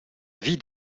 vie